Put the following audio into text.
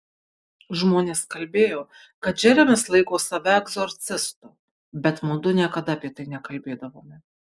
žmonės kalbėjo kad džeremis laiko save egzorcistu bet mudu niekada apie tai nekalbėdavome